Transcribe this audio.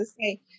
say